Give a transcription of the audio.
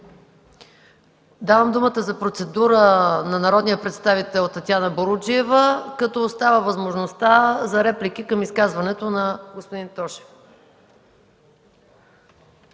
Давам думата за процедура на госпожа Боруджиева, като остава възможността за реплики към изказването на господин Тошев.